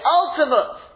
ultimate